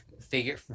figure